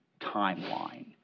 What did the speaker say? timeline